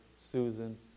Susan